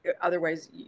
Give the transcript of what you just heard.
otherwise